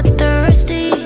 thirsty